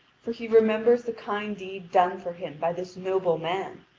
for he remembers the kind deed done for him by this noble man,